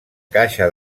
caixa